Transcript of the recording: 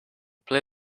play